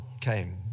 came